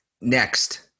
Next